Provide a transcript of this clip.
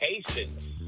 patience